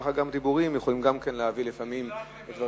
ככה גם דיבורים יכולים גם כן להביא לפעמים לדברים,